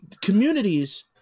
communities